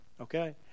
okay